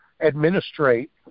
administrate